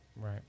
Right